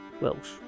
Welsh